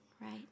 right